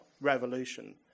revolution